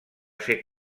ser